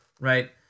right